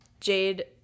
jade